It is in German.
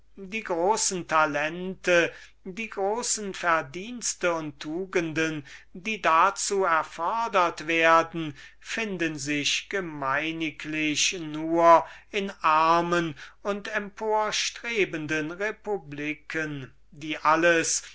die großen talente die großen verdienste und tugenden die dazu erfodert werden finden sich gemeiniglich nur in armen und emporstrebenden republiken die alles